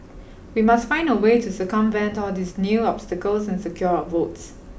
we must find a way to circumvent all these new obstacles and secure our votes